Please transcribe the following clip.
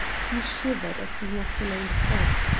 he shivered as he walked along the fosse,